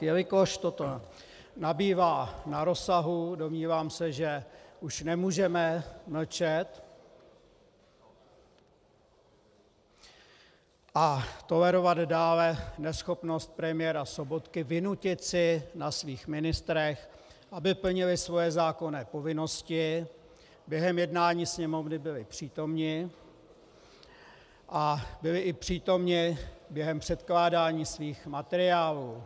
Jelikož toto nabývá na rozsahu, domnívám se, že už nemůžeme mlčet a tolerovat dále neschopnost premiéra Sobotky vynutit si na svých ministrech, aby plnili svoje zákonné povinnosti, během jednání Sněmovny byli přítomni a byli i přítomni během předkládání svých materiálů.